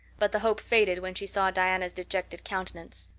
but the hope faded when she saw diana's dejected countenance.